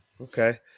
okay